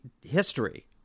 history